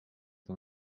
dan